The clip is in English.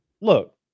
Look